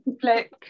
click